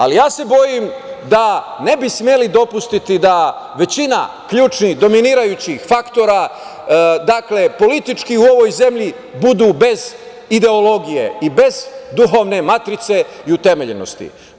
Ali, ja se bojim da ne bi smeli dopustiti da većina ključnih, dominirajućih faktora političkih u ovoj zemlji budu bez ideologije i bez duhovne matrice i utemeljenosti.